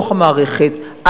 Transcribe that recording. בתוך המערכת,